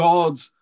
God's